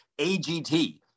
AGT